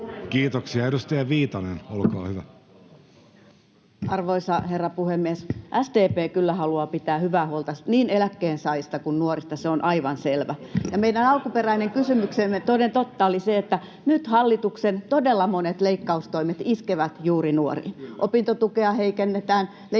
Kiitoksia. — Edustaja Viitanen, olkaa hyvä. Arvoisa herra puhemies! SDP kyllä haluaa pitää hyvää huolta niin eläkkeensaajista kuin nuorista, se on aivan selvä. [Juha Mäenpää: Totta kai!] Ja meidän alkuperäinen kysymyksemme toden totta koski sitä, että nyt hallituksen todella monet leikkaustoimet iskevät juuri nuoriin. [Juho Eerola: